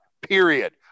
period